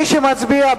יהיו שתי הצעות.